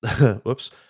whoops